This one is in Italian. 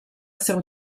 essere